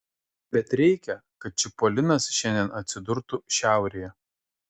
bet reikia kad čipolinas šiandien atsidurtų šiaurėje